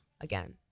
again